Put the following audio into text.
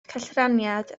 cellraniad